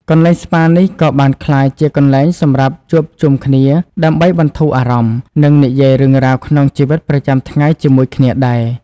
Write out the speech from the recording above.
កន្លែងស្ប៉ានេះក៏បានក្លាយជាកន្លែងសម្រាប់ជួបជុំគ្នាដើម្បីបន្ធូរអារម្មណ៍ និងនិយាយរឿងរ៉ាវក្នុងជីវិតប្រចាំថ្ងៃជាមួយគ្នាដែរ។